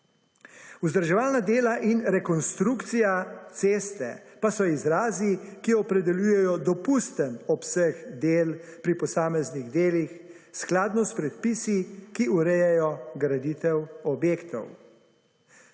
Vzdrževalna dela in rekonstrukcija ceste pa so izrazi, ki opredeljujejo dopusten obseg del pri posameznih delih, skladno s predpisi, ki urejajo graditev objektov.